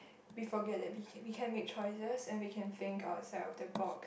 we forget that we can we can make choices and we can think outside of the box